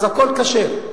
אז הכול כשר.